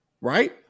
Right